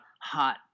hot